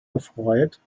erfreut